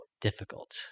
difficult